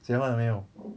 结婚了没有